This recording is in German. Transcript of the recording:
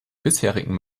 bisherigen